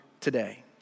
today